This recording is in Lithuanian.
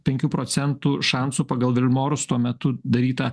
penkių procentų šansų pagal vilmorus tuo metu darytą